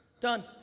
done.